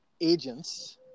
agents